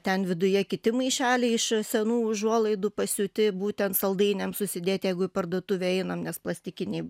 ten viduje kiti maišeliai iš senų užuolaidų pasiūti būtent saldainiams susidėt jeigu į parduotuvę einam nes plastikiniai